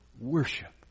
worship